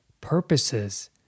purposes